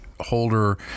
holder